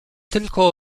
tylko